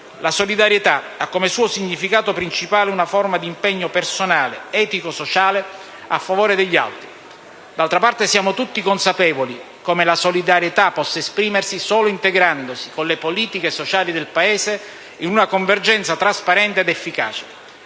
La solidarietà ha come suo significato principale una forma di impegno personale etico-sociale a favore degli altri. D'altra parte, siamo tutti consapevoli come la solidarietà possa esprimersi solo integrandosi con le politiche sociali del Paese in una convergenza trasparente ed efficace.